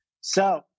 So-